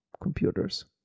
computers